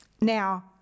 Now